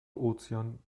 ozean